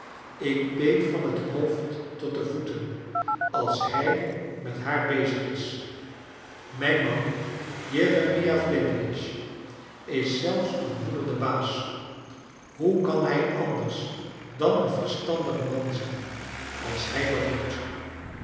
ik beef van bet hoofd tot de voeten als hij met haar bezig is mijn man jeremia elintwinch is zelfs uw rnoeder de baas hoe kan hij anders dan een verstandig man zijn als hij dat doet